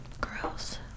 Gross